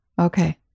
Okay